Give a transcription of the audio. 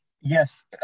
Yes